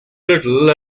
little